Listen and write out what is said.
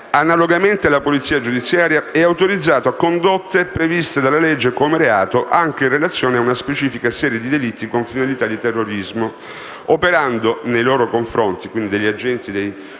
analogamente alla polizia giudiziaria, è autorizzato a condotte previste dalla legge come reato anche in relazione a una specifica serie di delitti con finalità di terrorismo, operando nei confronti degli agenti dei